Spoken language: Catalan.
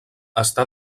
està